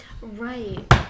Right